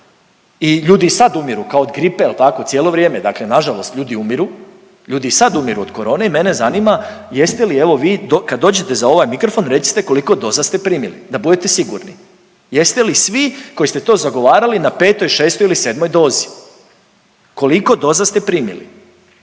i ljudi i sad umiru kao od gripe jel tako cijelo vrijeme, dakle nažalost ljudi umiru. Ljudi i sad umiru od korone i mene zanima jeste li evo vi kad dođete za ovaj mikrofon recite koliko doza ste primili da budete sigurni. Jeste li svi koji ste to zagovarali na petoj, šestoj ili sedmoj dozi? Koliko doza ste primili?